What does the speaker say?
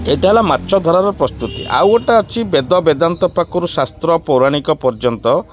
ଏଇଟା ହେଲା ମାଛ ଧରାର ପ୍ରସ୍ତୁତି ଆଉ ଗୋଟେ ଅଛି ବେଦ ବେଦାନ୍ତ ପାଖରୁ ଶାସ୍ତ୍ର ପୌରାଣିକ ପର୍ଯ୍ୟନ୍ତ